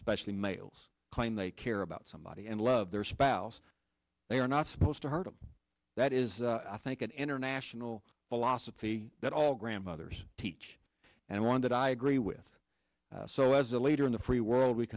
especially males claim they care about somebody and love their spouse they are not supposed to hurt and that is i think an international philosophy that all grandmothers each and one that i agree with so as a leader in the free world we